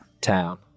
town